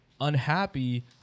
unhappy